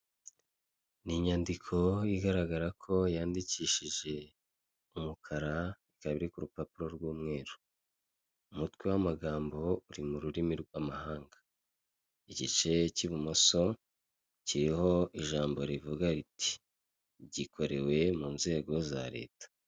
Ni inyandiko igaragara ko yandikishije umukara ikaba iri ku rupapuro rw'umweru. Umutwe w'amagambo uri mu rurimi rw'amahanga. Igice k'ibumoso kiriho ijambo rivuga riti" gikorewe mu nzego za leta".